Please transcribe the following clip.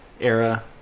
era